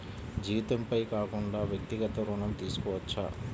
జీతంపై కాకుండా వ్యక్తిగత ఋణం తీసుకోవచ్చా?